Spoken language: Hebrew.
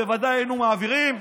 בוודאי היינו מעבירים.